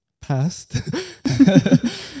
passed